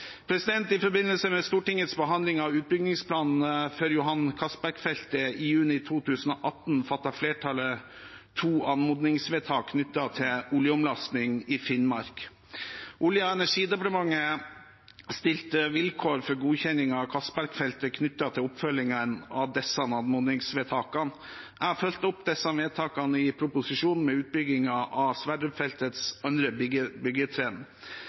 I forbindelse med Stortingets behandling av utbyggingsplanene for Johan Castberg-feltet i juni 2018 fattet flertallet to anmodningsvedtak knyttet til oljeomlasting i Finnmark. Olje- og energidepartementet stilte vilkår for godkjenning av Castberg-feltet knyttet til oppfølgingen av disse anmodningsvedtakene. Jeg har fulgt opp vedtakene i proposisjonen med utbyggingen av Sverdrup-feltets andre